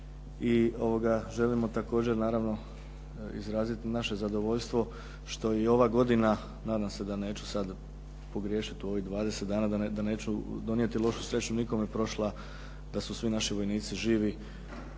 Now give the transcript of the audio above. I želimo također naravno izraziti naše zadovoljstvo što je ova godina, nadam se da ne ću sada pogriješiti u ovih 20 dana da neću donijeti nikome lošu sreću prošla, da su svi naši vojnici živi